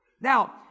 Now